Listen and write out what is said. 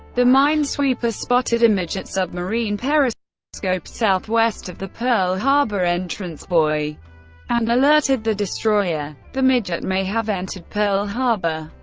the minesweeper spotted a midget submarine periscope periscope southwest of the pearl harbor entrance buoy and alerted the destroyer. the midget may have entered pearl harbor.